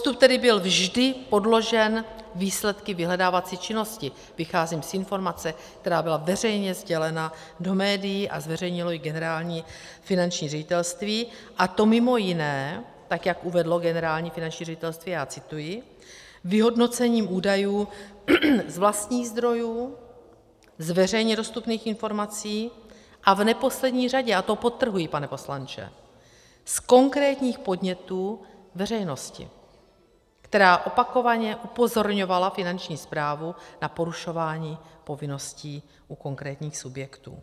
Postup, tedy byl vždy podložen výsledky vyhledávací činnosti, vycházím z informace, která byla veřejně sdělena do médií, a zveřejnilo ji Generální finanční ředitelství, a to mimo jiné, tak jak uvedlo Generální finanční ředitelství, já cituji, vyhodnocením údajů z vlastních zdrojů, z veřejně dostupných informací a v neposlední řadě a to podtrhuji, pane poslanče z konkrétních podnětů veřejnosti, která opakovaně upozorňovala Finanční správu na porušování povinností u konkrétních subjektů.